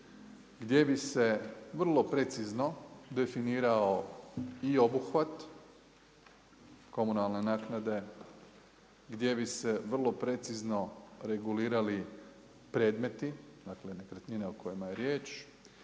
gdje bi se vrlo precizno, definirao i obuhvat, komunalne naknade. Gdje bi se vrlo precizno regulirali predmeti, dakle, nekretnina o kojima je riječ